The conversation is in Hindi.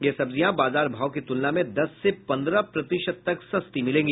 ये सब्जियां बाजार भाव की तुलना में दस से पन्द्रह प्रतिशत तक सस्ती मिलेगी